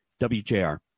WJR